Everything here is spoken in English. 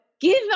give